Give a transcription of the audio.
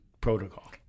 protocol